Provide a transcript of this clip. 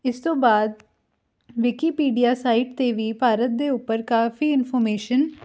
ਇਸ ਤੋਂ ਬਾਅਦ ਵਿਕੀਪੀਡੀਆ ਸਾਈਟ 'ਤੇ ਵੀ ਭਾਰਤ ਦੇ ਉੱਪਰ ਕਾਫੀ ਇਨਫੋਰਮੇਸ਼ਨ